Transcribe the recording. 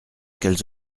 qu’elles